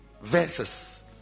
verses